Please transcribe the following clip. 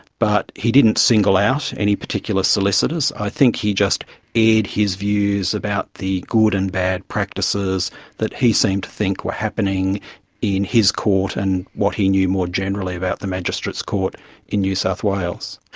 but he didn't single out any particular solicitors. i think he just aired his views about the good and bad practices that he seemed to think were happening in his court, and what he knew more generally about the magistrates court in new south wales.